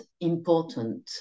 important